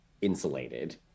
insulated